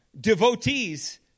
devotees